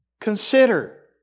Consider